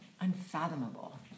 Unfathomable